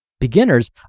Beginners